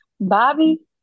Bobby